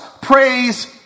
Praise